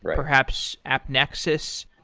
perhaps appnexus.